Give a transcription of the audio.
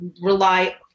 rely